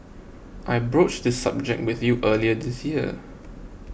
I broached this subject with you early this year